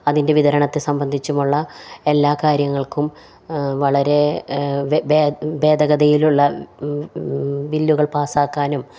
അതിൻ്റെ വിതരണത്തെ സംബന്ധിച്ചുമുള്ള എല്ലാ കാര്യങ്ങൾക്കും വളരെ ഭേദഗതയിലുള്ള ബില്ലുകൾ പാസ് ആക്കാനും